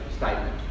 statement